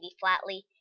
flatly